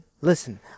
Listen